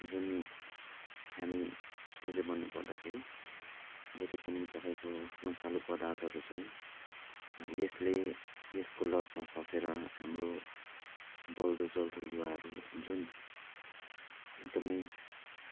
जुन हामी उसमा चाहिँ भन्नुपर्दाखेरि जति पनि तपाईँको नसालु पदार्थहरू छ यसले यसको लतमा फसेर हाम्रो बल्दोजल्दो युवाहरू जुन एकदमै